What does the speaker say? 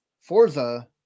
Forza